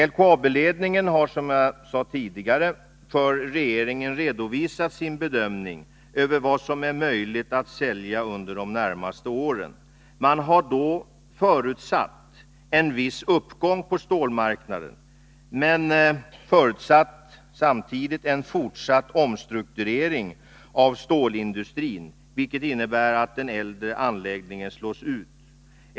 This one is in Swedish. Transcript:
LKAB-ledningen har, som jag sade tidigare, för regeringen redovisat sin bedömning av vad som är möjligt att sälja under de närmaste åren. Man har då förutsatt en viss uppgång på stålmarknaden, men samtidigt räknat med en fortsatt omstrukturering av stålindustrin, vilket innebär att den äldre anläggningen slås ut.